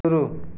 शुरु